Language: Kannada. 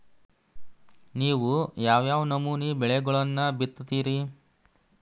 ನೇವು ಯಾವ್ ಯಾವ್ ನಮೂನಿ ಬೆಳಿಗೊಳನ್ನ ಬಿತ್ತತಿರಿ?